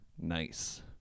Nice